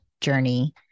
journey